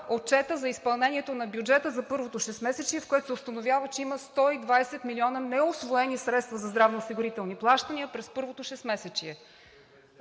Отчетът за изпълнението на бюджета за първото 6-месечие, в което се установява, че има 120 милиона неусвоени средства за здравноосигурителни плащания през първото 6-месечие.